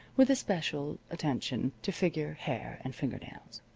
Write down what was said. with especial attention to figure, hair, and finger nails.